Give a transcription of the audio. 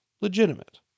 legitimate